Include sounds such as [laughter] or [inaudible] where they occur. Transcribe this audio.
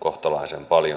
kohtalaisen paljon [unintelligible]